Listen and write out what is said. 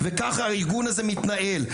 וכך הארגון הזה מתנהל.